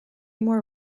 more